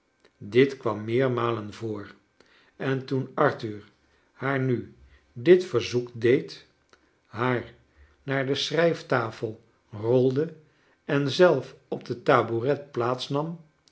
dit kwam meermalen voor en toen arthur haar nu dit verzoek de ed haar naar de s c hrij f tafel rolde en zelf op de tabouret plaats nam